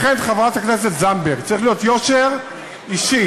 לכן, חברת הכנסת זנדברג, צריך להיות יושר אישי.